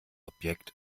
objekt